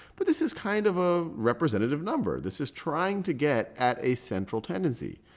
but this is kind of a representative number. this is trying to get at a central tendency.